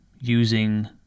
using